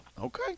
Okay